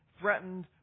threatened